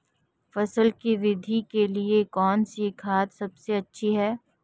फसल की वृद्धि के लिए कौनसी खाद सबसे अच्छी है?